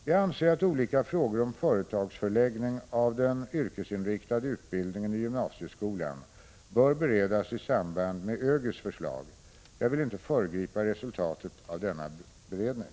Jag anser att olika frågor om företagsförläggning av den yrkesinriktade utbildningen i gymnasieskolan bör beredas i samband med ÖGY:s förslag. Jag vill inte föregripa resultatet av denna beredning.